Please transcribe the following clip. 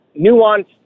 nuanced